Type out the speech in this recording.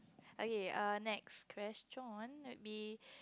okay err next question would be